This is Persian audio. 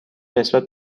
نسبت